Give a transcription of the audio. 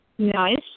Nice